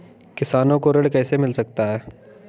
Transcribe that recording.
किसानों को ऋण कैसे मिल सकता है?